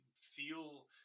feel